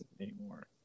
anymore